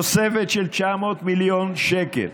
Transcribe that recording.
תוספת של 900 מיליון שקל